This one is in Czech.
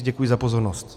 Děkuji za pozornost.